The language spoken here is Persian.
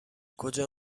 کجا